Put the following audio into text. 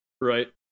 Right